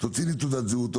תוציא לי תעודת זהות.